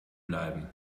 bleiben